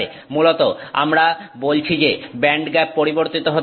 মূলত আমরা বলছি যে ব্যান্ডগ্যাপ পরিবর্তিত হতে পারে